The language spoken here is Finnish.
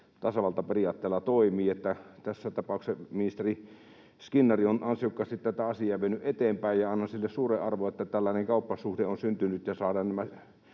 tässä tapauksessa ministeri Skinnari on ansiokkaasti tätä asiaa vienyt eteenpäin. Annan sille suuren arvon, että tällainen kauppasuhde on syntynyt ja saadaan nämä